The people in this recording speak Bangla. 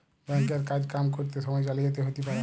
ব্যাঙ্ক এর কাজ কাম ক্যরত সময়ে জালিয়াতি হ্যতে পারে